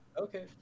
Okay